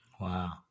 Wow